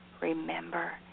Remember